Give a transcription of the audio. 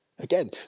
Again